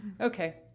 Okay